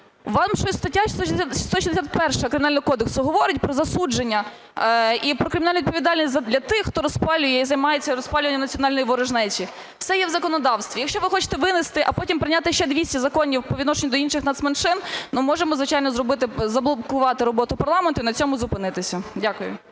Вам щось стаття 161 Кримінального кодексу говорить про засудження і про кримінальну відповідальність для тих, хто розпалює і займається розпалюванням національної ворожнечі? Все є в законодавстві. Якщо ви хочете винести, а потім прийняти ще 200 законів по відношенню до інших нацменшин, ми можемо, звичайно, заблокувати роботу парламенту і на цьому зупинитися. Дякую.